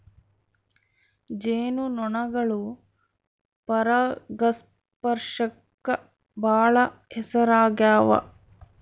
ಜೇನು ನೊಣಗಳು ಪರಾಗಸ್ಪರ್ಶಕ್ಕ ಬಾಳ ಹೆಸರಾಗ್ಯವ